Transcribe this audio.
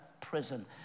prison